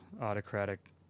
autocratic